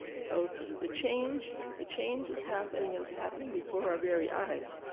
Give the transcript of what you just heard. so the change the change is happening and it's happening before our very eyes.